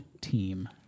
team